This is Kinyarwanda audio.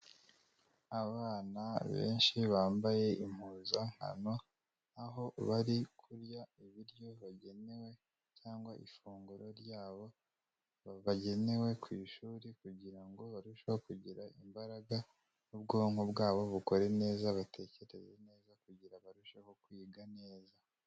Abana benshi bambaye impuzankano, aho bari kurya ibiryo bagenewe cyangwa ifunguro ryabo bagenewe ku ishuri kugira ngo barusheho kugira imbaraga n'ubwonko bwabo bukore neza, batekereze neza kugira ngo barusheho kwiga neza.